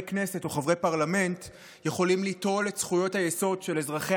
כנסת או חברי פרלמנט יכולים ליטול את זכויות היסוד של אזרחי